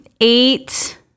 eight